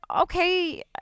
okay